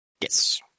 Yes